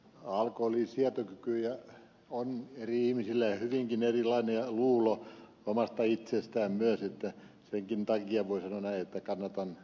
alkoholin sietokyky on eri ihmisillä hyvinkin erilainen ja myös luulo omasta itsestään että senkin takia voi sanoa näin että kannatan ed